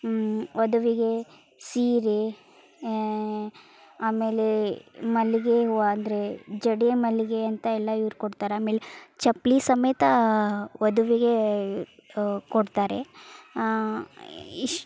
ವಧುವಿಗೆ ಸೀರೆ ಆಮೇಲೆ ಮಲ್ಲಿಗೆ ಹೂವು ಅಂದರೆ ಜಡೆಮಲ್ಲಿಗೆ ಅಂತ ಎಲ್ಲ ಇವ್ರು ಕೊಡ್ತಾರೆ ಆಮೇಲೆ ಚಪ್ಪಲಿ ಸಮೇತ ವಧುವಿಗೆ ಕೊಡ್ತಾರೆ ಇಷ್ಟ್